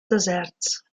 deserts